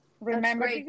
Remember